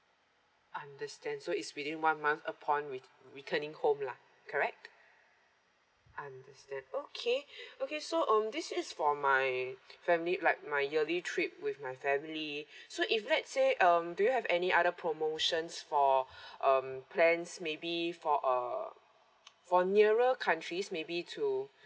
understand so it's within one month upon re~ returning home lah correct understand okay okay so um this is for my family like my yearly trip with my family so if let's say um do you have any other promotions for um plans maybe for a for nearer countries maybe to